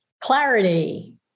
Clarity